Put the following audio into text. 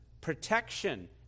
protection